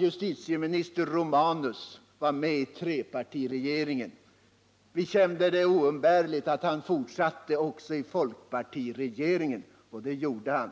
Justitieminister Romanus var med i trepartiregeringen. Vi Nr 141 upplevde det som oumbärligt att han fortsatte också i folkpartiregeringen, och Onsdagen den det gjorde han.